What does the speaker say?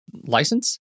license